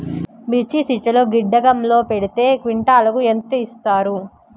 మిర్చి శీతల గిడ్డంగిలో పెడితే క్వింటాలుకు ఎంత ఇస్తారు?